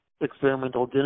experimental